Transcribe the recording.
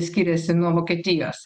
skiriasi nuo vokietijos